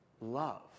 love